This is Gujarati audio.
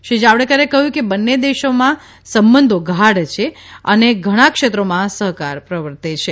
શ્રી જાવડેકરે કહ્યુ કે બંને દેશોમાં સંબંધો ગાઢ છે અને ઘણા ક્ષેત્રોમાં સહકાર પ્રર્વતે છે